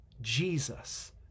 Jesus